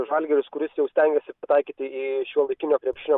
žalgiris kuris jau stengėsi pataikyti į šiuolaikinio krepšinio